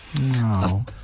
No